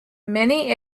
many